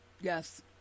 Yes